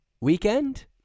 weekend